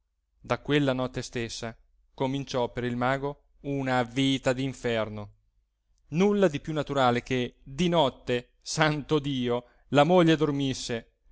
da quella notte stessa cominciò per il mago una vita d'inferno nulla di più naturale che di notte santo dio la moglie dormisse